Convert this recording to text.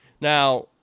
Now